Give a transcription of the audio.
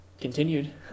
continued